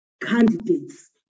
candidates